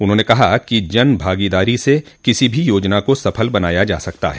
उन्होंने कहा कि जनभागीदारी से किसी भी योजना को सफल बनाया जा सकता है